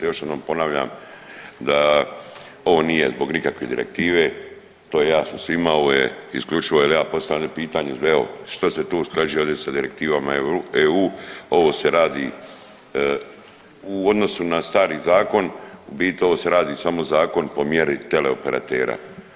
Još jednom ponavljam da ovo nije zbog nikakve direktive to je jasno svima, ovo je isključivo jel ja postavljam ovdje pitanje evo šta se tu usklađuje ovdje sa direktivama EU, ovo se radi u odnosu na stari zakon, u biti ovo se radi samo zakon po mjeri teleoperatera.